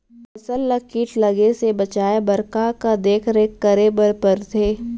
फसल ला किट लगे से बचाए बर, का का देखरेख करे बर परथे?